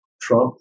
Trump